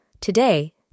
Today